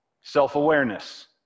self-awareness